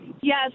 Yes